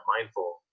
mindful